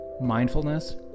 mindfulness